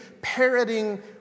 parroting